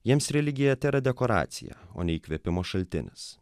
jiems religija tėra dekoracija o ne įkvėpimo šaltinis